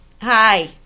Hi